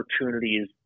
opportunities